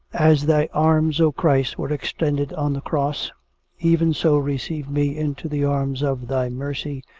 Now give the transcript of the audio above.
as thy arms, o christ, were extended on the cross even so receive me into the arms of thy mercy,